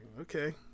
okay